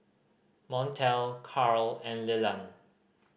Montel Carl and Leland